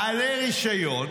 בעלי רישיון,